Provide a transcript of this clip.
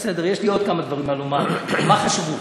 בסדר.